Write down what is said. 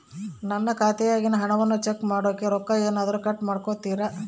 ನನ್ನ ಖಾತೆಯಾಗಿನ ಹಣವನ್ನು ಚೆಕ್ ಮಾಡೋಕೆ ರೊಕ್ಕ ಏನಾದರೂ ಕಟ್ ಮಾಡುತ್ತೇರಾ ಹೆಂಗೆ?